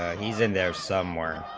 he's in there somewhere